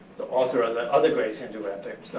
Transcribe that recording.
the author of the other great hindu epic,